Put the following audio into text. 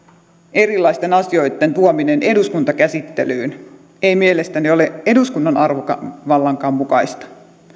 erilaisten asioitten tuominen eduskuntakäsittelyyn ei mielestäni ole eduskunnan arvovallankaan mukaista